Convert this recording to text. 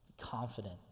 confident